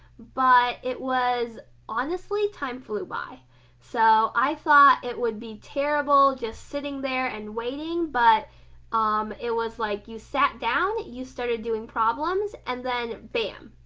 but it was honestly, time flew by so i thought it would be terrible just sitting there and waiting, but um it was like you sat down, you started doing problems, and then bam,